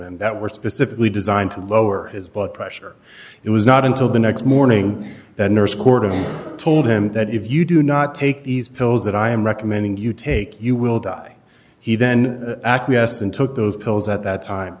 and that were specifically designed to lower his blood pressure it was not until the next morning that nurse court of told him that if you do not take these pills that i am recommending you take you will die he then acquiesced and took those pills at that time